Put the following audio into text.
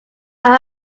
our